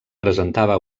presentava